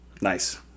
Nice